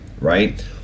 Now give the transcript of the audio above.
right